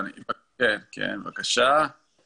והיא אכן מעודדת שימוש במנגנונים האלה במקום בהליכים משפטיים.